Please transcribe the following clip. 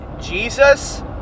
jesus